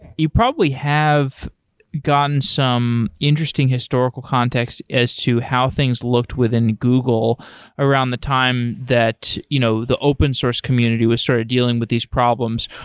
you probably have gotten some interesting historical contexts as to how things looked within google around the time that you know the open source community was sort of dealing with these problems,